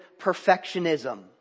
perfectionism